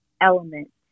element